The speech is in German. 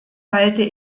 halte